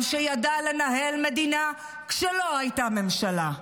עם שידע לנהל מדינה כשלא הייתה ממשלה,